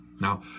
Now